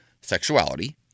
sexuality